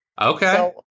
Okay